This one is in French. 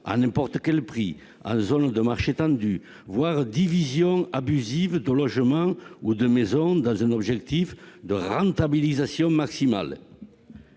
à n'importe quel prix, en zones de marché tendu, voire division abusive de logements ou de maisons dans un objectif de rentabilisation maximale.